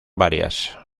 varias